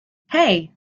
hey